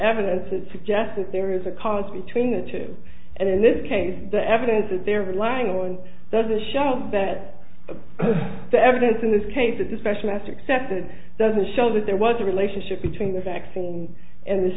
evidence that suggests that there is a cause between the two and in this case the evidence that they're relying on doesn't show that the evidence in this case that the specialist accepted doesn't show that there was a relationship between the vaccine and this